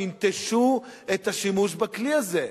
שינטשו את השימוש בכלי הזה.